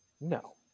no